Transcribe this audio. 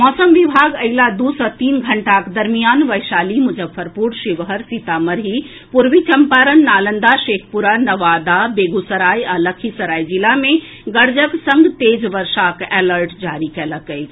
मौसम विभाग अगिला दू सऽ तीन घंटाक दरमियान वैशाली मुजफ्फरपुर शिवहर सीतामढ़ी पूर्वी चम्पारण नालंदा शेखपुरा नवादा बेगूसराय आ लखीसराय जिला मे गरजक संग तेज वर्षाक अलर्ट जारी कएलक अछि